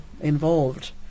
involved